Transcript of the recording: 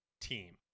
team